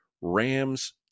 Rams